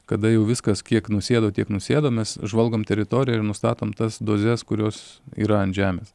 kada jau viskas kiek nusėdo tiek nusėdo mes žvalgom teritoriją ir nustatom tas dozes kurios yra ant žemės